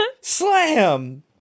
slam